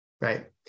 right